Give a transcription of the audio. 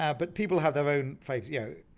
ah but people have their own favourites.